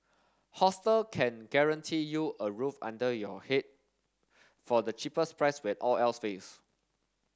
hostel can guarantee you a roof under your head for the cheapest price when all else fails